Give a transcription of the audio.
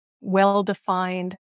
well-defined